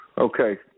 Okay